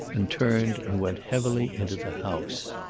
and turned and went heavily into the house.